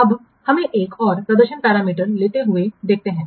अब हमें एक और प्रदर्शन पैरामीटर लेते हुए देखते हैं